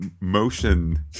motion